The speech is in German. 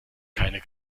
keiner